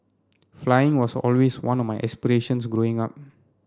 flying was always one of my aspirations Growing Up